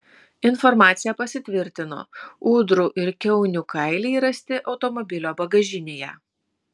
informacija pasitvirtino ūdrų ir kiaunių kailiai rasti automobilio bagažinėje